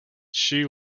she